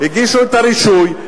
הגישו את הרישוי,